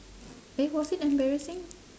eh was it embarrassing